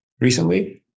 recently